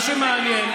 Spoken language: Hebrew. מה שמעניין,